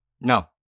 No